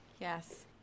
Yes